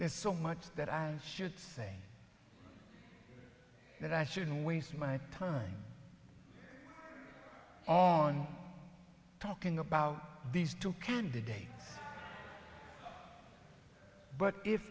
there's so much that i should say that i shouldn't waste my time on talking about these two candidates but if